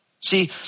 See